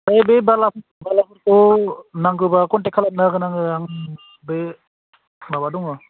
ऐ बे बालाखौ नांगोबा कनटेक्ट खालामना होगोन आङो आंना बै माबा दङ